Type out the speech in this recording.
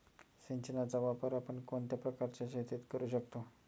सिंचनाचा वापर आपण कोणत्या प्रकारच्या शेतीत करू शकतो?